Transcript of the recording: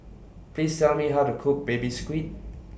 Please Tell Me How to Cook Baby Squid